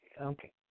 Okay